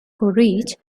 coleridge